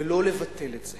ולא לבטל את זה